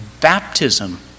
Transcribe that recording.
baptism